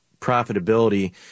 profitability